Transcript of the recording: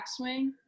backswing